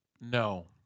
No